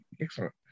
excellent